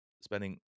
spending